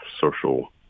social